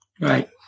Right